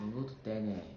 I can go to ten leh